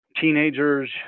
teenagers